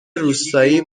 روستایی